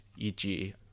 EG